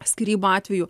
skyrybų atveju